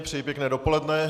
Přeji pěkné dopoledne.